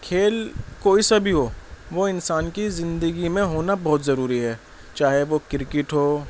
کھیل کوئی سا بھی ہو وہ انسان کی زندگی میں ہونا بہت ضروری ہے چاہے وہ کرکٹ ہو